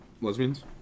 Lesbians